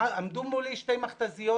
עמדו מולי שתי מכת"זיות,